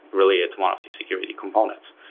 really it's one of the security components.